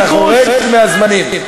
שאתה חורג מהזמנים,